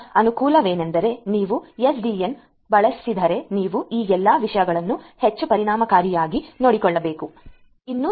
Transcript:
ಆದ್ದರಿಂದ ಅನುಕೂಲವೆಂದರೆ ನೀವು ಎಸ್ಡಿಎನ್ ಬಳಸಿದರೆ ನೀವು ಈ ಎಲ್ಲ ವಿಷಯಗಳನ್ನು ಹೆಚ್ಚು ಪರಿಣಾಮಕಾರಿಯಾಗಿ ನೋಡಿಕೊಳ್ಳುತ್ತೀರಿ